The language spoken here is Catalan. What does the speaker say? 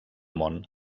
món